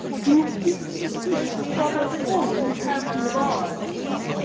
whom deep suspicion from of old would have debarred.